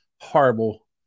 horrible